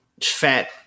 fat